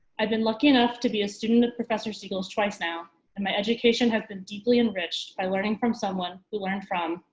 i've been lucky enough to be a student of professor siegel's twice now, and my education has been deeply enriched by learning from someone who learned from,